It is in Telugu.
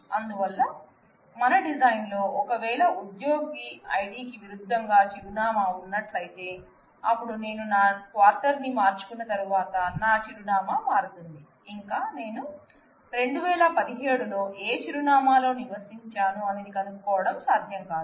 అందువల్ల మన డిజైన్ లో ఒకవేళ ఉద్యోగి ఐడికి విరుద్ధంగా చిరునామా ఉన్నట్లయితే అప్పుడు నేను నా క్వార్టర్ ని మార్చుకున్న తరువాత నా చిరునామా మారుతుంది ఇంకా నేను 2017లో ఏ చిరునామాలో నివసించాను అనేది కనుక్కోవడం సాధ్యం కాదు